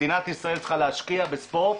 מדינת ישראל צריכה להשקיע בספורט.